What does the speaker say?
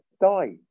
die